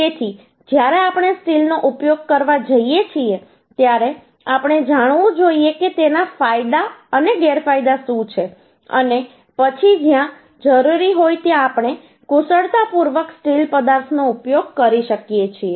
તેથી જ્યારે આપણે સ્ટીલનો ઉપયોગ કરવા જઈએ છીએ ત્યારે આપણે જાણવું જોઈએ કે તેના ફાયદા અને ગેરફાયદા શું છે અને પછી જ્યાં જરૂરી હોય ત્યાં આપણે કુશળતાપૂર્વક સ્ટીલ પદાર્થનો ઉપયોગ કરી શકીએ છીએ